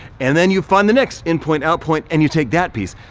and then you find the next in point out point and you take that piece.